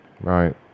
Right